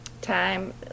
time